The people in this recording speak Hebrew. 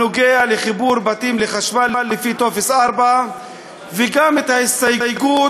הנוגע לחיבור בתים לחשמל לפי טופס 4 וגם את ההסתייגות